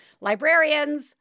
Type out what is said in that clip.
librarians